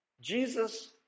Jesus